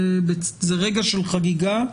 זה רגע של חגיגה,